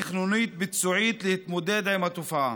תכנונית וביצועית להתמודד עם התופעה.